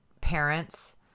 parents